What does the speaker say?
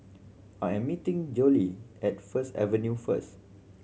I am meeting Jolie at First Avenue first